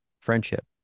friendship